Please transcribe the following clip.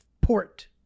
port